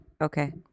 Okay